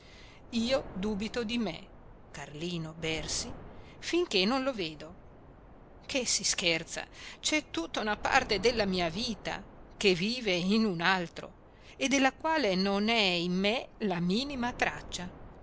io dubito di me carlino bersi finché non lo vedo che si scherza c'è tutta una parte della mia vita che vive in un altro e della quale non è in me la minima traccia